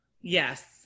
yes